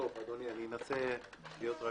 אדוני, אני אנסה להיות רגוע.